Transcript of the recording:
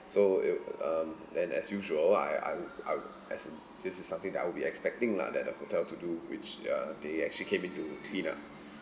so it um then as usual I I'd I'd as in this is something that I'd be expecting lah that the hotel to do which ya they actually came in to clean up